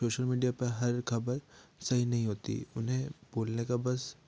social media पे हर खबर सही नहीं होती है उन्हें बोलने का बस